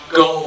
go